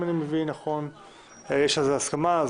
יש על זה הסכמה.